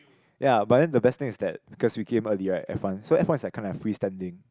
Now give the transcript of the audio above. ya but then the best thing is that because we came early right F one so F one is like kinda free standing